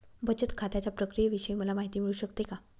बचत खात्याच्या प्रक्रियेविषयी मला माहिती मिळू शकते का?